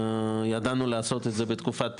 ידענו לעשות את זה בתקופת בחירות,